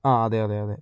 ആ അതെ അതെ അതെ